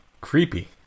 Creepy